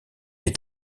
est